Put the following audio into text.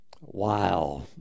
Wow